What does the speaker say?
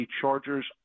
chargers